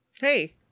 Hey